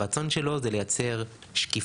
הרצון שלו זה לייצר שקיפות.